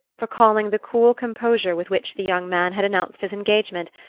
recalling the cool composure with which the young man had announced his engagement,